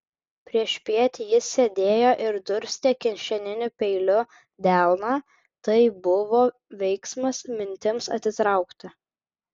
priešpiet jis sėdėjo ir durstė kišeniniu peiliu delną tai buvo veiksmas mintims atitraukti